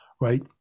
right